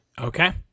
Okay